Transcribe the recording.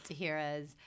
Tahira's